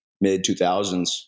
mid-2000s